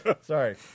Sorry